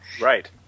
Right